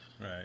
right